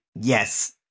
yes